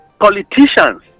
politicians